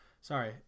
sorry